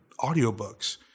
audiobooks